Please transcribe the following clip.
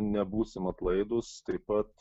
nebūsim atlaidūs taip pat